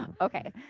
Okay